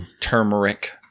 Turmeric